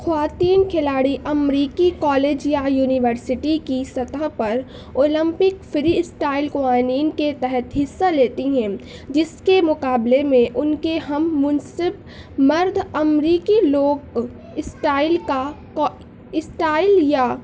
خواتین کھلاڑی امریکی کالج یا یونیورسٹی کی سطح پر اولمپک فری اسٹائل قوانین کے تحت حصہ لیتی ہیں جس کے مقابلے میں ان کے ہم منصب مرد امریکی لوگ اسٹائل کا اسٹائل یا